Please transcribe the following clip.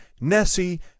nessie